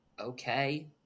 okay